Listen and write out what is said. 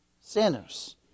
sinners